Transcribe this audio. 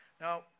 Now